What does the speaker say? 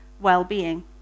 well-being